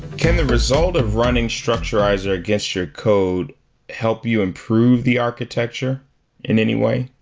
can the result of running structurizr against your code help you improve the architecture in any way?